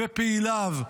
לפעיליו,